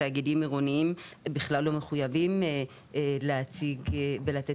תאגידים עירוניים בכלל לא מחויבים להציג ולתת